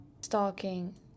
stalking